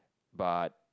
but